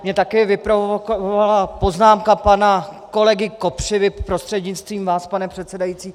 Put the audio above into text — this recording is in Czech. Mě také vyprovokovala poznámka pana kolegy Kopřivy prostřednictvím vás, pane předsedající.